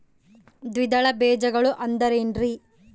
ದ್ವಿದಳ ಬೇಜಗಳು ಅಂದರೇನ್ರಿ?